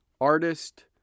Artist